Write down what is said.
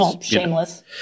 shameless